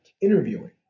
interviewing